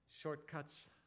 shortcuts